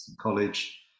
college